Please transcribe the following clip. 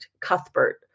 Cuthbert